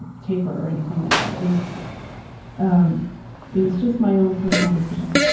taper or anything like that. it was um it was just my own personal decision.